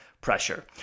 pressure